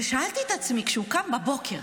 ושאלתי את עצמי: כשהוא קם בבוקר,